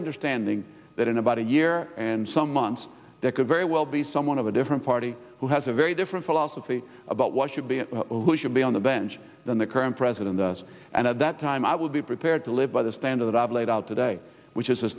understanding that in about a year and some months that could very well be someone of a different party who has a very different philosophy about what should be who should be on the bench than the current president does and at that time i would be prepared to live by the standard that i've laid out today which is a